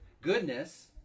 goodness